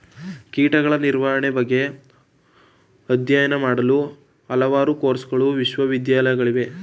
ಕೀಟಗಳ ನಿರ್ವಹಣೆ ಬಗ್ಗೆ ಅಧ್ಯಯನ ಮಾಡುವ ಹಲವಾರು ಕೋರ್ಸಗಳು ವಿಶ್ವವಿದ್ಯಾಲಯಗಳಲ್ಲಿವೆ